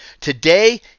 Today